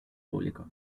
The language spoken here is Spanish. público